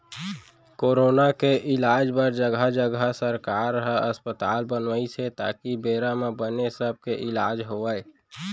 corona के इलाज बर जघा जघा सरकार ह अस्पताल बनवाइस हे ताकि बेरा म बने सब के इलाज होवय